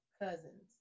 cousins